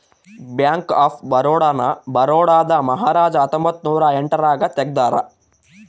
bank of Baroda ನ ಬರೋಡಾದ ಮಹಾರಾಜ ಹತ್ತೊಂಬತ್ತ ನೂರ ಎಂಟ್ ರಾಗ ತೆಗ್ದಾರ